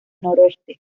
noroeste